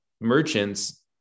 merchants